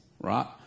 right